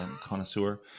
connoisseur